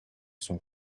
son